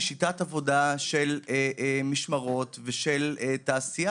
שיטת עבודה של משמרות ושל תעשייה,